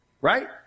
Right